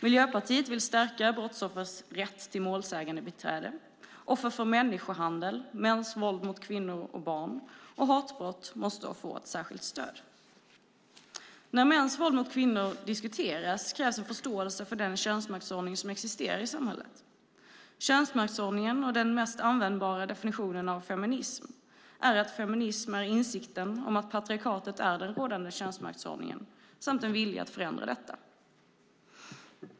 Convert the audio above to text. Miljöpartiet vill stärka brottsoffers rätt till målsägandebiträde. Offer för människohandel, mäns våld mot kvinnor och barn och hatbrott måste få ett särskilt stöd. När mäns våld mot kvinnor diskuteras krävs en förståelse för den könsmaktsordning som existerar i samhället. Den mest användbara definitionen av feminism är att feminism är insikten om att patriarkatet är den rådande könsmaktsordningen samt en vilja att förändra detta.